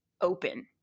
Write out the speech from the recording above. open